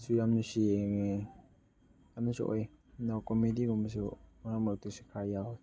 ꯁꯨ ꯌꯥꯝꯅ ꯁꯦꯡꯉꯦ ꯑꯃꯁꯨ ꯑꯣꯏ ꯅꯥꯎ ꯀꯣꯃꯦꯗꯤꯒꯨꯝꯕꯁꯨ ꯃꯔꯛ ꯃꯔꯛꯇꯁꯨ ꯈꯔ ꯌꯥꯎꯏ